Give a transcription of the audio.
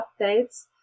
updates